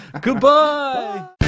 Goodbye